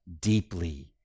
deeply